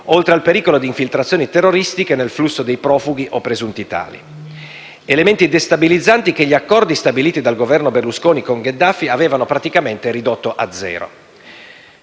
oltre al pericolo di infiltrazioni terroristiche nel flusso dei profughi o presunti tali. Elementi destabilizzanti che gli accordi stabiliti dal Governo Berlusconi con Gheddafi avevano praticamente ridotto a zero.